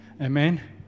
Amen